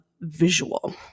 visual